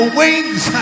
wings